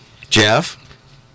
Jeff